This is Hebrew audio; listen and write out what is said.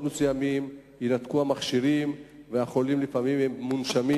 מסוימים יינתקו המכשירים והחולים לפעמים מונשמים?